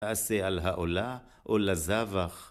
השֶֹה על העולה או לזַבָח.